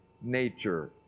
nature